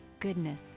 goodness